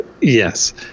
Yes